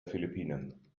philippinen